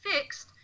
fixed